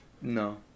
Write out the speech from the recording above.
No